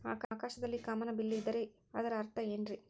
ಆಕಾಶದಲ್ಲಿ ಕಾಮನಬಿಲ್ಲಿನ ಇದ್ದರೆ ಅದರ ಅರ್ಥ ಏನ್ ರಿ?